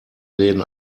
läden